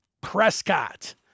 Prescott